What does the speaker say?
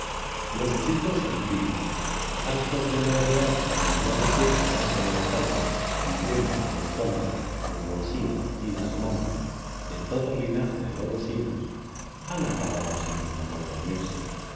los chicos en fin hartos de merodear en el ya desierto campo de batalla y llenos el estómago los bolsillos y las manos de todo linaje de golosinas han acabado asimismo por dormirse